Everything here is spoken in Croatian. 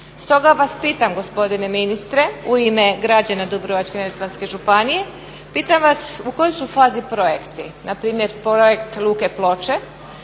Stoga vas pitam gospodine ministre u ime građana Dubrovačko-neretvanske županije, pitam vas u kojoj su fazi projekti? Na primjer projekt Luke Ploče